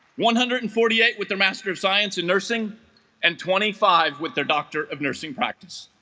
one hundred and forty eight with their master of science in nursing and twenty five with their doctor of nursing practice